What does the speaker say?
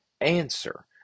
answer